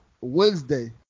Wednesday